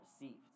received